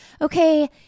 okay